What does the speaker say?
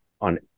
on